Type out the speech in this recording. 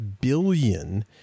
billion